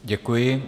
Děkuji.